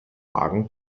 magen